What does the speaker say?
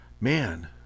man